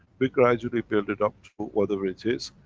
we gradually build it up to but whatever it is.